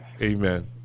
Amen